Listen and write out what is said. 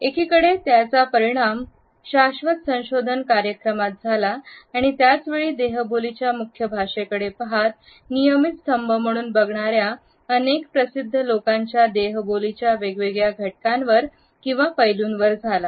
एकीकडे याचा परिणाम शाश्वत संशोधन कार्यक्रमात झाला आणि त्याचवेळी देहबोलीच्या मुख्य भाषेकडे पहात नियमित स्तंभ म्हणून बघणाऱ्या अनेक प्रसिद्ध लोकांच्या देहबोली च्या वेगवेगळ्या घटकांवर किंवा पैलूंवर झाला